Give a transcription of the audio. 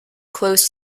close